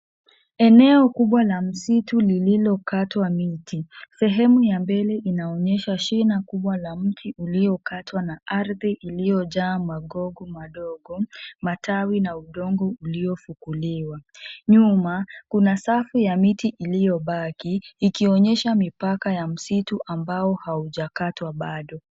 Eneo kubwa la msitu lililokatwa miti sehemu ya mbele inaonyesha shina kubwa la mti uliokatwa na ardhi iliyojaa magogo madogo matawi na udongo uliofukuliwa nyuma kuna safu ya miti, iliobaki ikionyesha mipaka ya msitu ambao haujakatwa bado.